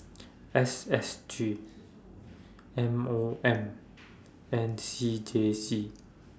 S S G M O M and C J C